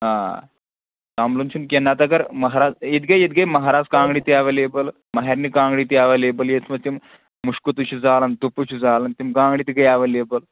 آ تمنٛبلُن چھُنہٕ کیٚنٛہہ نَتہٕ اگر مَہرازٕ ییٚتہِ گٔے ییٚتہِ گٔے مہرازٕ کانٛگٕرِ تہِ ایویلیبٕل مَہَرنہِ کانٛگٕرِ تہِ ایویلیبٕل ییٚتھۍ منٛز تِم مُشکُہٕ تُج چھِ زالان دُپہٕ چھِ زالان تِم کانٛگٕرِ تہِ گٔے ایویلیبٕل